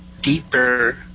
deeper